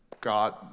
God